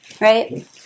right